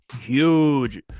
Huge